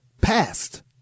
Past